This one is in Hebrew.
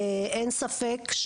אין ספק,